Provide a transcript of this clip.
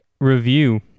review